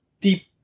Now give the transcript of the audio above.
deep